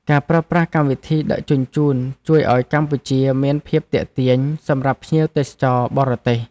ការប្រើប្រាស់កម្មវិធីដឹកជញ្ជូនជួយឱ្យកម្ពុជាមានភាពទាក់ទាញ សម្រាប់ភ្ញៀវទេសចរបរទេស។